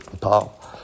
Paul